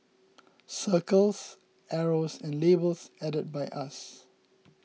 circles arrows and labels added by us